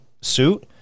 suit